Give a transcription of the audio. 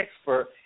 expert